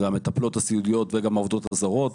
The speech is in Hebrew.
המטפלות הסיעודיות וגם העובדות הזרות,